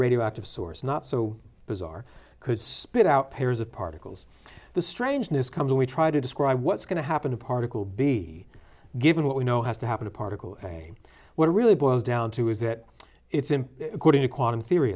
radioactive source not so bizarre could spit out pairs of particles the strangeness comes and we try to describe what's going to happen to particle be given what we know has to happen a particle what it really boils down to is that it's him according to quantum theory